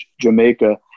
Jamaica